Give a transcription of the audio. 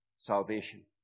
Salvation